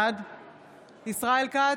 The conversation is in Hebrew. בעד ישראל כץ,